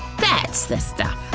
that's the stuff.